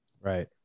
Right